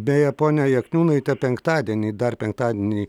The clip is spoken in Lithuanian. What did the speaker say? beje ponia jakniūnaite penktadienį dar penktadienį